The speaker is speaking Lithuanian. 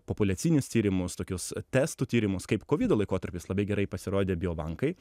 populiacinius tyrimus tokius testų tyrimus kaip kovido laikotarpis labai gerai pasirodė biobankai